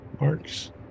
marks